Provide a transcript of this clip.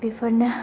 बेफोरनो